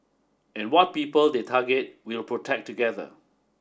and what people they target we'll protect together